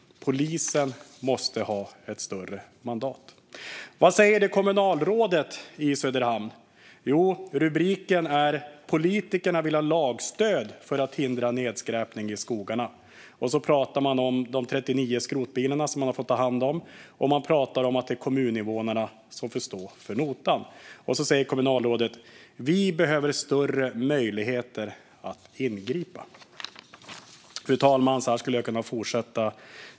Polisen måste ha ett större mandat. Vad säger kommunalrådet i Söderhamn? Jo, rubriken är "Politikerna vill ha lagstöd för att hindra nedskräpning i skogarna", och man pratar om de 39 skrotbilar som man fått ta hand och att det är kommuninvånarna som får stå för notan. Kommunrådet säger att "Vi behöver . större möjligheter att ingripa". Fru talman! Så här skulle jag kunna fortsätta.